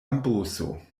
amboso